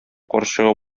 карчыгы